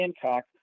Hancock